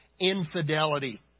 infidelity